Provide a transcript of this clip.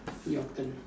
your turn